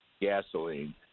gasoline